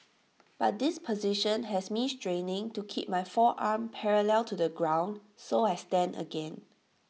but this position has me straining to keep my forearm parallel to the ground so I stand again